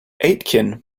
aitken